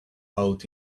out